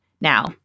Now